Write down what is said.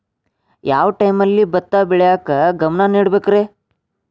ಯಾವ್ ಟೈಮಲ್ಲಿ ಭತ್ತ ಬೆಳಿಯಾಕ ಗಮನ ನೇಡಬೇಕ್ರೇ?